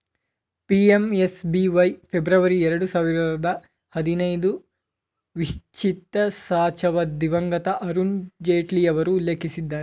PMSBY February ಎರಡು ಸಾವಿರದ ಹದಿನೈದು ವಿತ್ಚಿತಸಾಚವ ದಿವಂಗತ ಅರುಣ್ ಜೇಟ್ಲಿಯವರು ಉಲ್ಲೇಖಿಸಿದ್ದರೆ